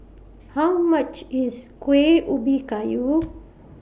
How much IS Kuih Ubi Kayu